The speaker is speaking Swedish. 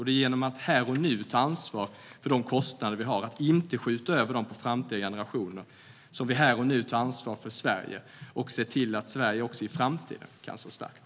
Det är genom att här och nu ta ansvar för de kostnader vi har och inte skjuta över dem på framtida generationer som vi här och nu tar ansvar för Sverige och ser till att Sverige också i framtiden kan stå starkt.